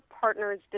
partner's